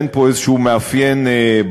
אין פה איזה מאפיין ברור,